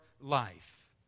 life